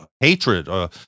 Hatred